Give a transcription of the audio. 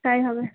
তাই হবে